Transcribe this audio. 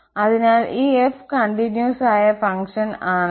അതിനാൽ ഈ f continuous ആയ ഫംഗ്ഷൻ ആണെങ്കിൽ